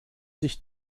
sich